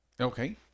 Okay